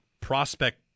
prospect